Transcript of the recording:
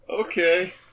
okay